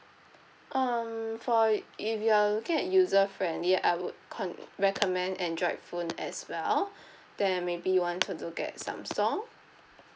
um for if you're looking at user friendly I would con~ recommend android phone as well then maybe you want to look at Samsung